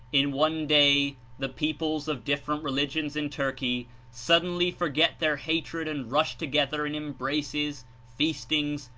in one day, the peoples of different religions in turkey suddenly forget their hatred and rush together in embraces, feastings,